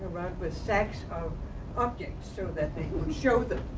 with sacks of objects, so that they could show them.